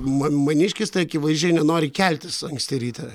man maniškis tai akivaizdžiai nenori keltis anksti ryte